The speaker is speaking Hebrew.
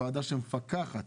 ועדה שמפקחת